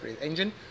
engine